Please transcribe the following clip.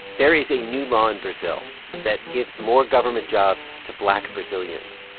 there is a new law in brazil that gives more government jobs to black brazilians.